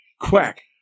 quack